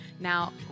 Now